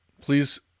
please